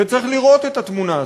וצריך לראות את התמונה הזאת.